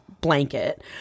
blanket